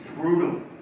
brutal